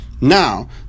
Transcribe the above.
now